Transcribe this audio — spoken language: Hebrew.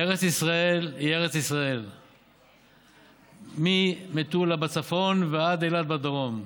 ארץ ישראל היא ארץ ישראל ממטולה בצפון ועד אילת בדרום,